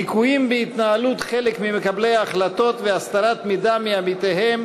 ליקויים בהתנהלות חלק ממקבלי ההחלטות והסתרת מידע מעמיתיהם